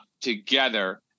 together